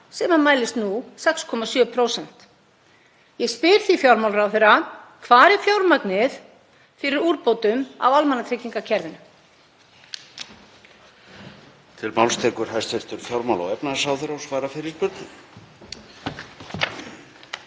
sem mælist nú 6,7%. Ég spyr því fjármálaráðherra: Hvar er fjármagnið fyrir úrbótum á almannatryggingakerfinu?